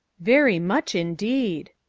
very much indeed.